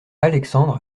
alexandre